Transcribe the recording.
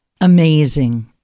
Amazing